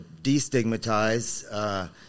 destigmatize